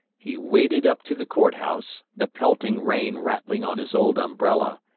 he waded up to the court house, the pelting rain rattling on his old umbrella,